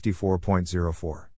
54.04